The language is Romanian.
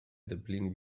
deplin